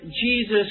Jesus